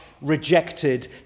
rejected